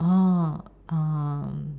oh oh